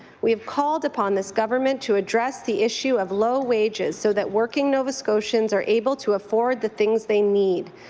we have called upon this government to address the issue of low wages so that working nova scotians are able to afford the things they need,